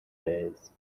days